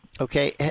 Okay